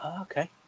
Okay